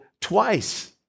twice